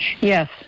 yes